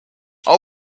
all